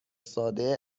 ساده